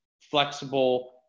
flexible